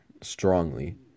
strongly